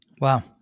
wow